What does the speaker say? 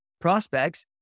prospects